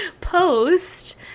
post